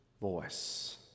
voice